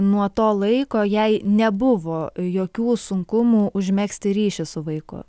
nuo to laiko jai nebuvo jokių sunkumų užmegzti ryšį su vaiku